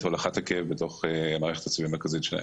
הולכת הכאב בתוך מערכת העצבים המרכזית שלהן.